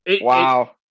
wow